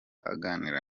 aganira